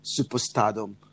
superstardom